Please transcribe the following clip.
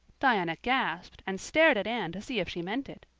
diana gasped and stared at anne to see if she meant it.